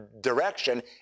direction